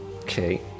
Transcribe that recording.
Okay